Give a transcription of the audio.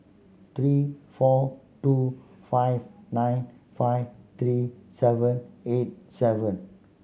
three four two five nine five three seven eight seven